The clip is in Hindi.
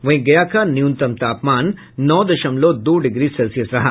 वहीं गया का न्यूनतम तापमान नौ दशमलव दो डिग्री सेल्सियस रहा